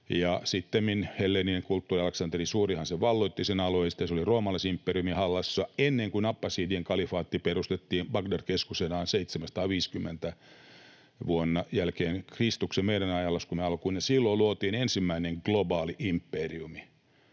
sittemmin helleenien kulttuuri. Aleksanteri Suurihan sen alueen valloitti, ja sitten se oli roomalaisimperiumin vallassa ennen kuin abbasidien kalifaatti perustettiin, Bagdad keskuksenaan, vuonna 750 jälkeen Kristuksen, meidän ajanlaskumme alun, ja silloin luotiin ensimmäinen globaali imperiumi.